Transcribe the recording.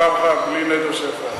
פעם אחרונה, בלי נדר, שאני מפריע.